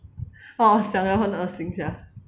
!wah! 想 liao 很恶心 sia